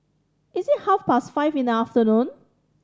is it half past five in the afternoon